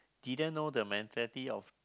didn't know the mentality of